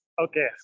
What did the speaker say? Okay